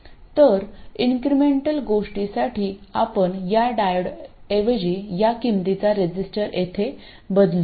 तर इंक्रेमेंटल गोष्टीसाठी आपण या डायोडऐवजी या किमतीचा रजिस्टर येथे बदलू